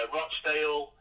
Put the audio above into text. Rochdale